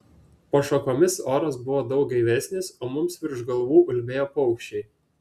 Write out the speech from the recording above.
po šakomis oras buvo daug gaivesnis o mums virš galvų ulbėjo paukščiai